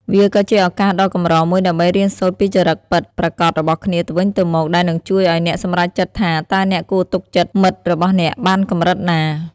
វាក៏ជាឱកាសដ៏កម្រមួយដើម្បីរៀនសូត្រពីចរិតពិតប្រាកដរបស់គ្នាទៅវិញទៅមក ដែលនឹងជួយឱ្យអ្នកសម្រេចចិត្តថា តើអ្នកគួរទុកចិត្តមិត្តរបស់អ្នកបានកម្រិតណា។